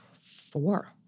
four